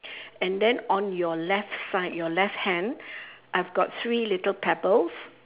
and then on your left side your left hand I've got three little pebbles